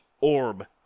orb